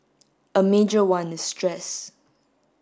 a major one is stress